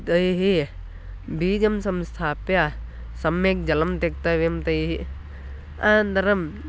तैः बीजानि संस्थाप्य सम्यक् जलं त्यक्तव्यं तैः अनन्तरं